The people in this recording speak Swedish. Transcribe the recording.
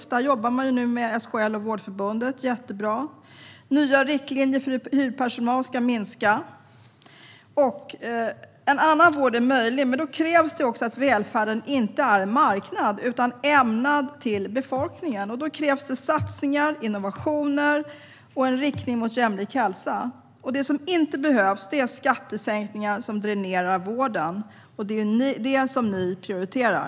Där jobbar man nu med SKL och Vårdförbundet - jättebra! Inför nya riktlinjer för hur hyrpersonalen ska minska. En annan vård är möjlig, men då krävs det också att välfärden inte är en marknad utan ämnad för befolkningen. Det krävs satsningar, innovationer och en inriktning mot jämlik hälsa. Det som inte behövs är skattesänkningar som dränerar vården. Det är det ni prioriterar.